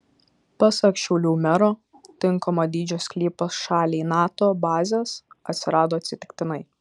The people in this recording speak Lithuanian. pasak šiaulių mero tinkamo dydžio sklypas šaliai nato bazės atsirado atsitiktinai